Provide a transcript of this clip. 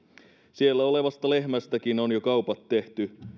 siellä olevasta lehmästäkin on jo kaupat tehty